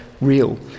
real